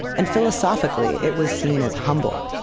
and philosophically it was seen as humble,